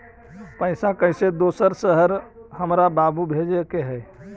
पैसा कैसै दोसर शहर हमरा बाबू भेजे के है?